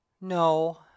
no